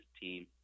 team